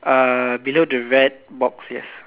uh below the red box yes